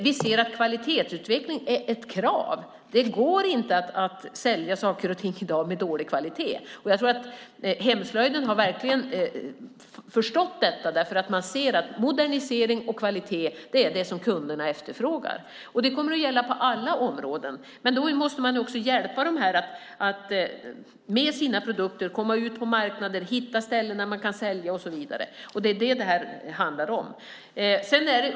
Vi ser att kvalitetsutveckling är ett krav. Det går inte att sälja saker och ting med dålig kvalitet i dag. Hemslöjden har förstått detta. Man ser att det som kunderna efterfrågar är modernisering och kvalitet. Det kommer att gälla på alla områden. Man måste hjälpa dem att komma ut på marknaden med sina produkter och hitta ställen där de kan sälja, och så vidare. Det är vad det handlar om.